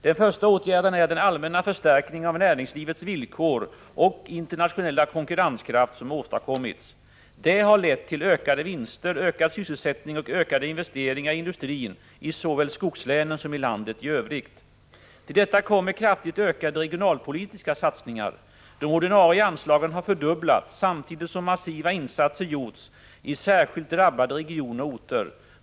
Den första åtgärden är den allmänna förstärkning av näringslivets villkor och internationella konkurrenskraft som åstadkommits. Det har lett till ökade vinster, ökad sysselsättning och ökade investeringar i industrin i såväl skogslänen som i landet i Övrigt. Till detta kommer kraftigt ökade regionalpolitiska satsningar. De ordinarie anslagen har fördubblats samtidigt som massiva insatser gjorts i särskilt drabbade regioner och orter.